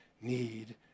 need